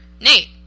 Nate